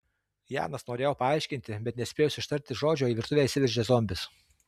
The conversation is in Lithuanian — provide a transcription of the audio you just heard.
janas norėjo paaiškinti bet nespėjus ištarti žodžio į virtuvę įsiveržė zombis